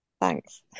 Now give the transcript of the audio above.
Thanks